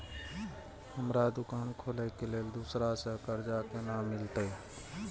हमरा दुकान खोले के लेल दूसरा से कर्जा केना मिलते?